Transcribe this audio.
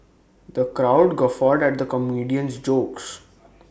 the crowd guffawed at the comedian's jokes